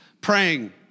praying